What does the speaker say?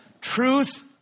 Truth